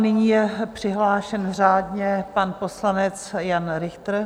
Nyní je přihlášen řádně pan poslanec Jan Richter.